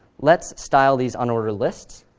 let's style these unordered lists.